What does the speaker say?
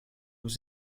aux